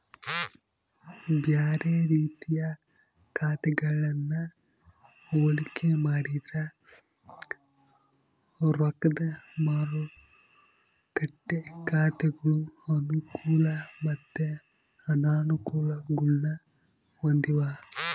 ಬ್ಯಾರೆ ರೀತಿಯ ಖಾತೆಗಳನ್ನ ಹೋಲಿಕೆ ಮಾಡಿದ್ರ ರೊಕ್ದ ಮಾರುಕಟ್ಟೆ ಖಾತೆಗಳು ಅನುಕೂಲ ಮತ್ತೆ ಅನಾನುಕೂಲಗುಳ್ನ ಹೊಂದಿವ